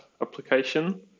application